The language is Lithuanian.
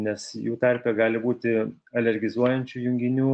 nes jų tarpe gali būti alergizuojančių junginių